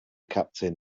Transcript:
captain